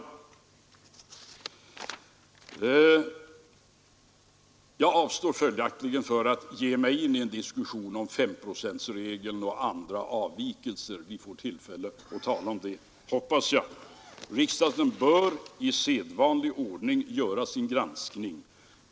Jag avstår följaktligen från att ge mig in i en diskussion om femprocentsregeln och andra avvikelser. Vi får tillfälle att tala om detta, hoppas jag. Riksdagen bör i sedvanlig ordning göra sin granskning.